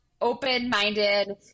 open-minded